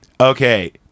Okay